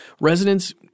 Residents